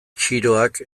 txiroak